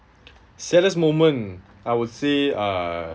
saddest moment I would say uh